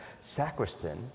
sacristan